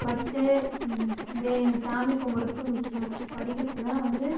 படிச்சு இதே சாமி கும்பிட்றது முக்கியம் படிக்கிறது தான் வந்து